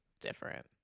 different